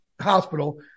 hospital